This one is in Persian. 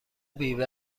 بیوه